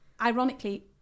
ironically